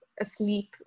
asleep